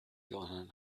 johann